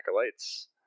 acolytes